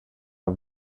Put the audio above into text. are